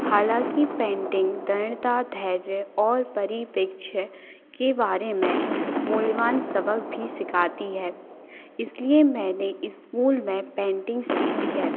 हालाँकि पेंटिंग दृढ़ता धैर्य और परिपेक्ष के बारे में मूल्यवान सबक भी सिखाती हैं इसलिए मैंने स्कूल में पैंटिंग सीखी है